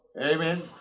Amen